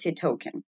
token